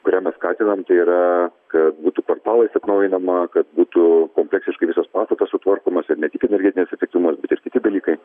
kurią mes skatinam tai yra kad būtų kvartalais atnaujinama kad būtų kompleksiškai visos pastatas sutvarkomas ir ne tik energetinis efektyvumas bet ir kiti dalykai